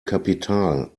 kapital